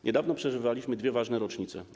Niedawno przeżywaliśmy dwie ważne rocznice.